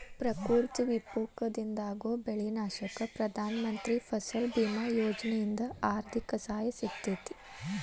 ಪ್ರಕೃತಿ ವಿಕೋಪದಿಂದಾಗೋ ಬೆಳಿ ನಾಶಕ್ಕ ಪ್ರಧಾನ ಮಂತ್ರಿ ಫಸಲ್ ಬಿಮಾ ಯೋಜನೆಯಿಂದ ಆರ್ಥಿಕ ಸಹಾಯ ಸಿಗತೇತಿ